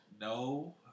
no